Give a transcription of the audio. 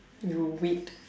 you wait